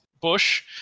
bush